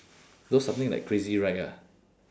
those something like crazy ride ah